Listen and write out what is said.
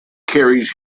carries